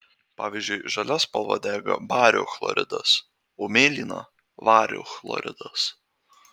pavyzdžiui žalia spalva dega bario chloridas o mėlyna vario chloridas